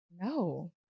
No